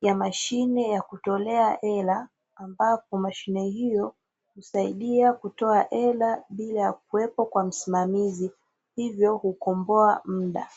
ya mashine ya kutolea hela, ambapo mashine hiyo husaidia kutoa hela bila kuwepo msimamizi hivyo kukomboa muda.